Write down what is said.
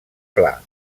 pla